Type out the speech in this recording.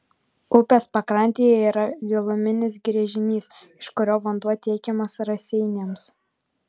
upės pakrantėje yra giluminis gręžinys iš kurio vanduo tiekiamas raseiniams